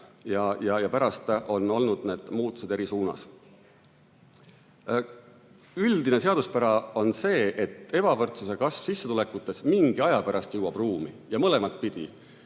ja pärast seda on olnud need muutused eri suunas. Üldine seaduspära on see, et ebavõrdsuse kasv sissetulekutes mingi aja pärast jõuab ruumi. Ja on mõlemat pidi: